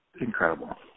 incredible